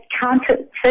counterfeit